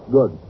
Good